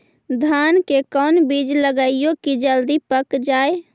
धान के कोन बिज लगईयै कि जल्दी पक जाए?